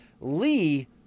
Lee